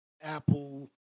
Apple